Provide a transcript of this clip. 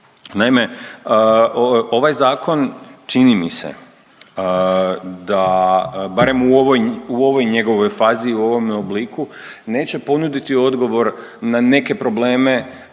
Naime, ovaj zakon čini mi se da, barem u ovoj, u ovoj njegovoj fazi, u ovom obliku neće ponuditi odgovor na neke probleme